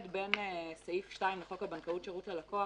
עם סעיף 2 לחוק הבנקאות (שירות ללקוח),